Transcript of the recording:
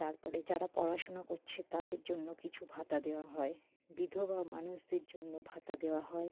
তারপরে যারা পড়াশোনা করছে তাদের জন্য কিছু ভাতা দেওয়া হয় বিধবা মানুষদের জন্য ভাতা দেওয়া হয়